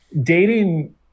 dating